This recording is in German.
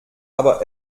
aber